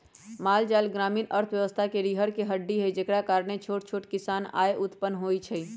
माल जाल ग्रामीण अर्थव्यवस्था के रीरह के हड्डी हई जेकरा कारणे छोट छोट किसान के आय उत्पन होइ छइ